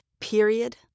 period